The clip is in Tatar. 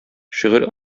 шигырь